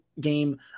game